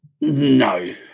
No